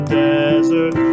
desert